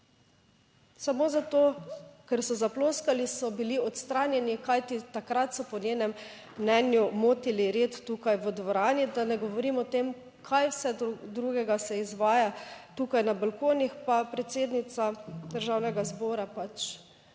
Samo zato, ker so zaploskali, so bili odstranjeni, kajti takrat so po njenem mnenju motili red tukaj v dvorani. Da ne govorim o tem, kaj vse drugega se izvaja tukaj na balkonih, pa predsednica Državnega zbora pač